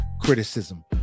criticism